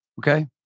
okay